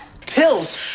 Pills